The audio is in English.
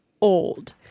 old